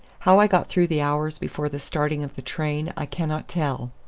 how i got through the hours before the starting of the train, i cannot tell.